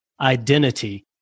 identity